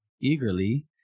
eagerly